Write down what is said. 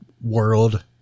world